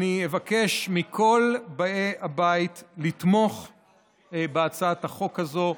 אבקש מכל באי הבית לתמוך בהצעת החוק הזו.